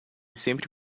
sempre